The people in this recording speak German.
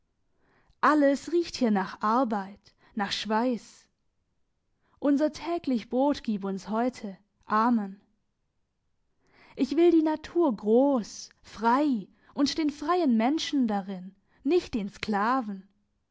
alles riecht hier nach arbeit nach schweiss unser täglich brot gib uns heute amen ich will die natur gross frei und den freien menschen darin nicht den sklaven